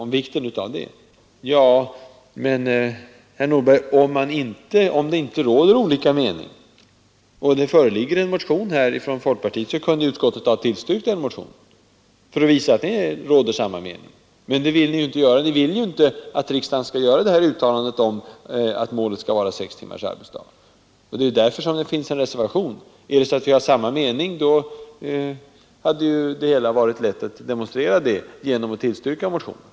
Men, herr Nordberg, om det inte råder olika meningar och det föreligger en motion från folkpartiet, kunde utskottet ha tillstyrkt den motionen för att visa att alla har samma mening. Men det vill ni inte göra. Ni vill inte att riksdagen skall göra ett uttalande om att målet skall vara sex timmars arbetsdag. Det är anledningen till att vi har avgivit en reservation på denna punkt. Om alla hade haft samma mening, hade det varit lätt att demonstrera det genom att tillstyrka motionen.